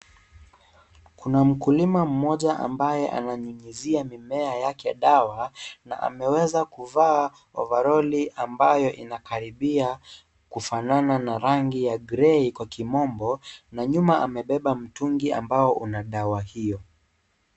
Kuna mkulima mmoja ambaye ananyunyizia mimea yake dawa, na ameweza kuvalia ovaroli ambayo inakaribia kufanana na rangi ya grey kwa kimombo, na nyuma amebeba mtungi ambao una dawa hiyo.